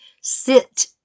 sit